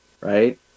right